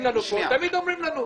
תמיד אומרים לנו: